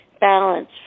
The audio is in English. balance